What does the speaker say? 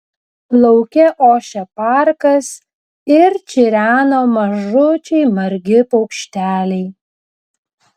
lauke ošė parkas ir čireno mažučiai margi paukšteliai